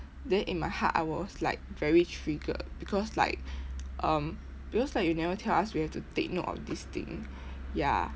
then in my heart I was like very triggered because like um because like you never tell us we have to take note of this thing ya